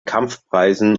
kampfpreisen